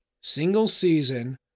single-season